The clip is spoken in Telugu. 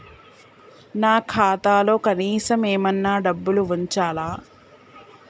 నా ఖాతాలో కనీసం ఏమన్నా డబ్బులు ఉంచాలా?